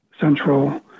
central